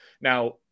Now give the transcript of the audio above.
Now